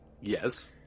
Yes